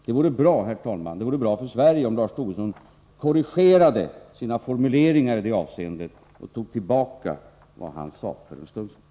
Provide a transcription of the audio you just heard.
Det vore bra för Sverige, herr talman, om Lars Tobisson korrigerade sina formuleringar i det avseendet och tog tillbaka vad han sade för en stund sedan.